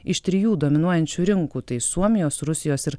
iš trijų dominuojančių rinkų tai suomijos rusijos ir